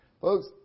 Folks